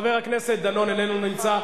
חבר הכנסת דני דנון, איננו נמצא.